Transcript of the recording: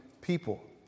people